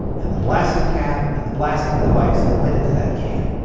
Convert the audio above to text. and the blasting cap and the blasting device that went into that can.